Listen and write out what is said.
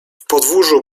podwórzu